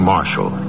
Marshall